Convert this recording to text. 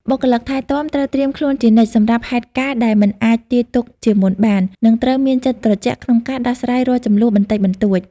បុគ្គលិកថែទាំត្រូវត្រៀមខ្លួនជានិច្ចសម្រាប់ហេតុការណ៍ដែលមិនអាចទាយទុកជាមុនបាន និងត្រូវមានចិត្តត្រជាក់ក្នុងការដោះស្រាយរាល់ជម្លោះបន្តិចបន្តួច។